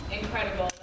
incredible